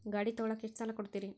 ಗಾಡಿ ತಗೋಳಾಕ್ ಎಷ್ಟ ಸಾಲ ಕೊಡ್ತೇರಿ?